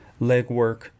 legwork